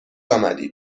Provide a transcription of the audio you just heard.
آمدید